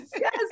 Yes